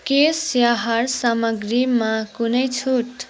केश स्याहार सामग्रीमा कुनै छुट